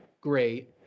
great